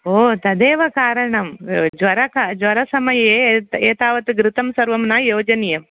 ओ तदेव कारणं ज्वरज्वरसमये एतावत् घृतं सर्वं न योजनीयं